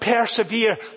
persevere